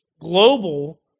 global